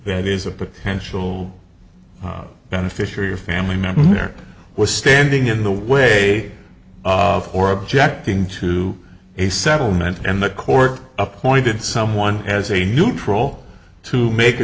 that is a potential beneficiary or family member or was standing in the way of or objecting to a settlement and the court appointed someone as a neutral to make a